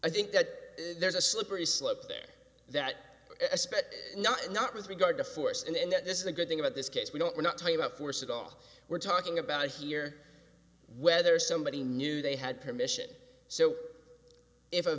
i think that there's a slippery slope there that a spec not not with regard to force and that this is a good thing about this case we don't we're not talking about force at all we're talking about here whether somebody knew they had permission so if